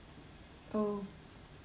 oh